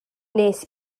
nes